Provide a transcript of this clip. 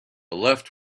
left